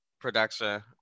production